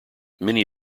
many